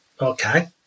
Okay